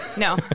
No